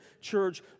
church